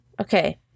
Okay